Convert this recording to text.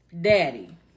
daddy